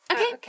Okay